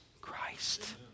Christ